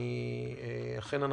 אכן,